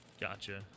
Gotcha